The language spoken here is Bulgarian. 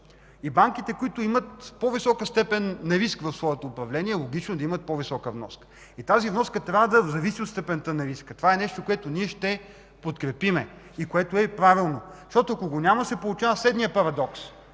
е. Банките, които имат по-висока степен на риск в своето управление, е логично да имат по-висока вноска. Тази вноска трябва да зависи от степента на риска. Това ще подкрепим, защото е правилно. Ако го няма, се получава следният парадокс.